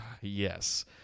Yes